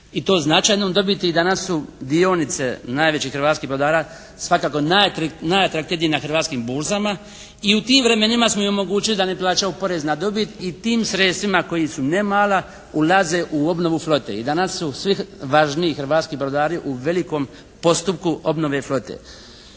i to značajnom dobiti. Danas su dionice najvećih hrvatskih brodara svakako najatraktivnije na hrvatskim burzama i u tim vremenima smo i omogućili da ne plaćaju porez na dobit i tim sredstvima koja su ne mala ulaze u obnovu flote. I danas su svi važniji hrvatski brodari u velikom postupku obnove flote.